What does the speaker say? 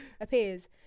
appears